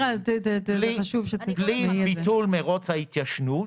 בלי ביטול מרוץ ההתיישנות